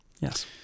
Yes